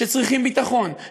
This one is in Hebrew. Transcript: שצריכים ביטחון,